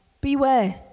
beware